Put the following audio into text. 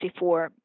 1964